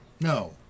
No